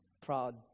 proud